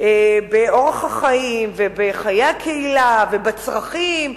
באורח החיים ובחיי הקהילה ובצרכים,